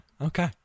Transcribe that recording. Okay